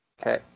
Okay